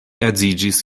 edziĝis